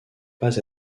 pas